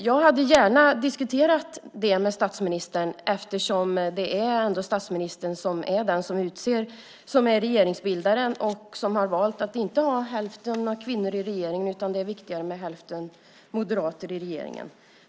Jag hade gärna debatterat detta med statsministern eftersom det ändå är han som är regeringsbildare, och det är han som har valt att inte ha hälften kvinnor i regeringen, utan det är viktigare med hälften moderater.